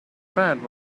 bad